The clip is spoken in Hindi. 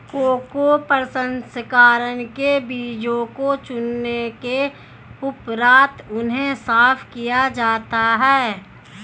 कोको प्रसंस्करण में बीजों को चुनने के उपरांत उन्हें साफ किया जाता है